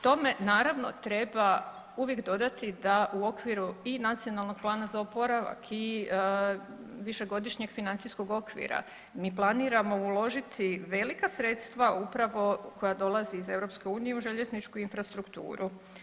Tome naravno treba uvijek dodati da u okviru i Nacionalnog plana za oporavak i Višegodišnjeg financijskog okvira mi planiramo uložiti velika sredstva upravo koja dolaze iz EU u željezničku infrastrukturu.